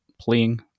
playing